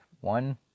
one